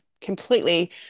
completely